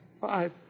five